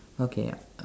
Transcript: okay uh